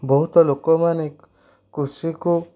ବହୁତ ଲୋକମାନେ କୃଷିକୁ